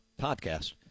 podcast